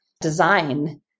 design